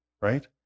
right